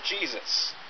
Jesus